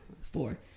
four